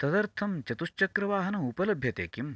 तदर्थं चतुश्चक्रवाहनम् उपलभ्यते किं